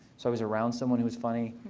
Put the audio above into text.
so i was around someone who was funny.